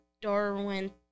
darwin